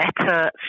better